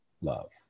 love